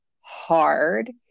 hard